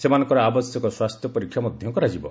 ସେମାନଙ୍କର ଆବଶ୍ୟକ ସ୍ୱାସ୍ଥ୍ୟ ପରୀକ୍ଷା ମଧ୍ୟ କରାଯିବ